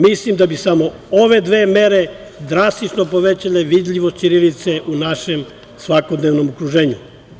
Mislim da bi samo ove dve mere drastično povećale vidljivost ćirilice u našem svakodnevnom okruženju.